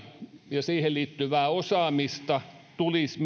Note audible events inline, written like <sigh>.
ja niihin liittyvää osaamista tulisi <unintelligible>